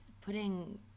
putting